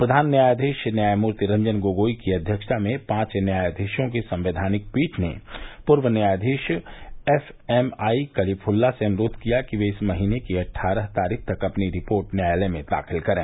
प्रधान न्यायाधीश न्यायमूर्ति रेजन गोगोई की अध्यक्षता में पांच न्यायाधीशों की संवैधानिक पीठ ने पूर्व न्यायाधीश एफ एम आई कलीफुल्ला से अनुरोध किया कि वे इस महीने की अट्ठारह तारीख तक अपनी रिपोर्ट न्यायालय में दाखिल करें